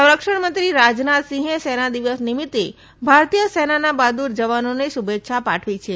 સંરક્ષણમંત્રી રાજનાથસિંહે સેનાદિવસ નિમિત્તે ભારતીય સેનાના બહાદૂર જવાનોને શુલેચ્છા પાઠવી છે